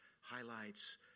highlights